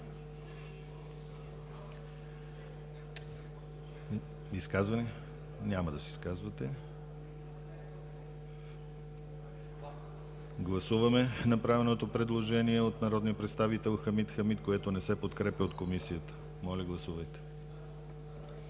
Изказвания? Няма. Гласуваме направеното предложение от народния представител Хамид Хамид, което не се подкрепя от Комисията. Гласували